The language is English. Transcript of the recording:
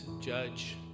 judge